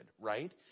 Right